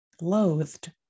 loathed